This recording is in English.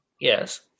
Yes